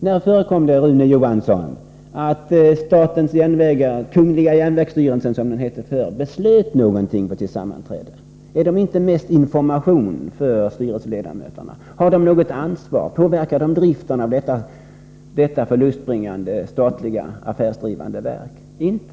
När förekom det, Rune Johansson, att statens järnvägar — eller kungl. järnvägsstyrelsen, som det hette förr — beslöt någonting på sina sammanträden? Är det inte mest fråga om information för styrelseledamöterna? Har styrelsen något ansvar? Påverkar den driften av detta förlustbringande statliga affärsdrivande verk? Inte!